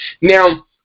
Now